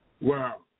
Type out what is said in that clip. Wow